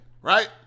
right